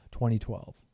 2012